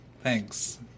Thanks